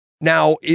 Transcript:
Now